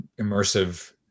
immersive